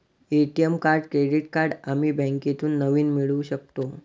ATM card credit card आम्ही बँकेतून नवीन मिळवू शकतो